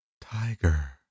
tiger